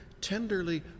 tenderly